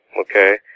okay